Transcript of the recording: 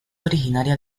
originaria